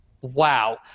wow